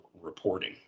reporting